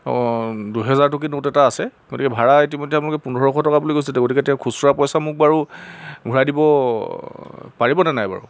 অঁ দুহেজাৰটকীয়া নোট এটা আছে গতিকে ভাড়া ইতিমধ্যে আপোনালোকে পোন্ধৰশ টকা বুলি কৈছেতো গতিকে এতিয়া খুচুৰা পইচা মোক বাৰু ঘূৰাই দিব পাৰিবনে নাই বাৰু